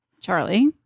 charlie